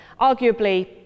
arguably